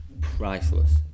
priceless